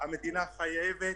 מיכה אבני,